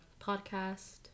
podcast